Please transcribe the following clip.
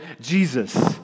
Jesus